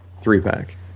three-pack